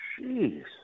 Jeez